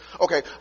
Okay